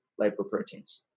lipoproteins